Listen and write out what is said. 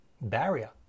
barrier